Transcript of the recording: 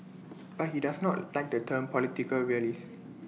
but he does not like the term political realist